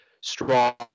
strong